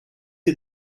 ces